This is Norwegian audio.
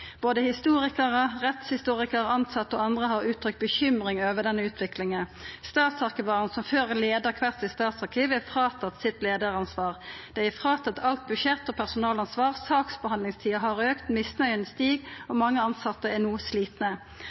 Både historikarar, rettshistorikarar, tilsette og andre har uttrykt bekymring over denne utviklinga. Statsarkivarane som før leia kvart sitt statsarkiv, er fråtatt sitt leiaransvar. Dei er fråtatt alt budsjett- og personalansvar, saksbehandlingstida har auka, misnøya stig og mange tilsette er no slitne.